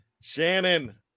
Shannon